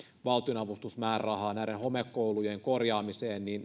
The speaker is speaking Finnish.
valtionavustusmäärärahaa näiden homekoulujen korjaamiseen niin